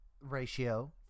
ratio